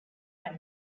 pvt